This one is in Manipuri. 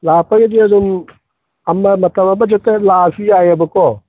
ꯂꯥꯛꯄꯒꯤꯗꯤ ꯑꯗꯨꯝ ꯑꯃ ꯃꯇꯝ ꯑꯃꯗ ꯍꯦꯛꯇ ꯂꯥꯛꯑꯁꯨ ꯌꯥꯏꯌꯦꯕꯀꯣ